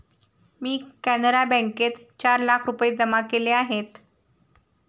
मी कॅनरा बँकेत चार लाख रुपये जमा केले आहेत